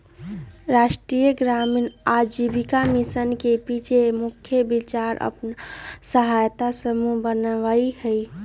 राष्ट्रीय ग्रामीण आजीविका मिशन के पाछे मुख्य विचार अप्पन सहायता समूह बनेनाइ हइ